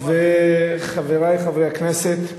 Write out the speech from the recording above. חברי חברי הכנסת,